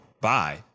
bye